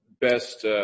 best